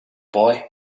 boy